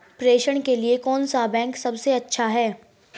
प्रेषण के लिए कौन सा बैंक सबसे अच्छा है?